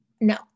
no